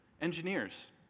Engineers